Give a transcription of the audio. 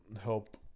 help